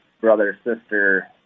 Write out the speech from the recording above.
brother-sister